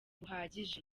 buhagije